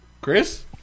Chris